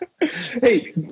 hey